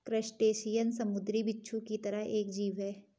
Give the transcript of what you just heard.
crustacean समुंद्री बिच्छू की तरह एक जीव है